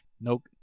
Nope